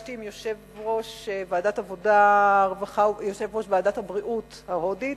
כשנפגשתי עם יושב-ראש ועדת הבריאות ההודית